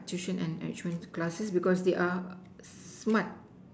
tuition and enrichment classes because they are smart